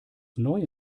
neue